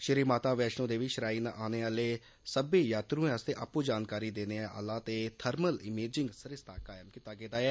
Shri Mata Vaishno Devi shrine औने आले सब्बै यात्रुए आस्तै आपू जानकारी देने आला ते थर्मल इमेजिंग सरिस्ता कायम कीता गेदा ऐ